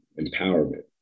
empowerment